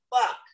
fuck